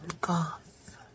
goth